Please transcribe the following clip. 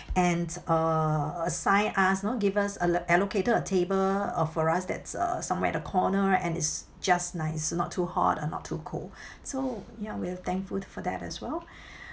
and uh assigned us you know gave us allo~ allocated a table uh for us that's uh somewhere at the corner and it's just nice it's not too hot and not too cold so ya we are thankful for that as well